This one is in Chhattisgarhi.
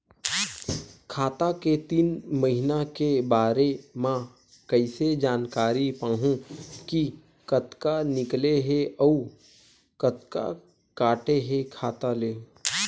खाता के तीन महिना के बारे मा कइसे जानकारी पाहूं कि कतका निकले हे अउ कतका काटे हे खाता ले?